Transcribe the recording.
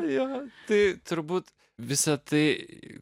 jo tai turbūt visą tai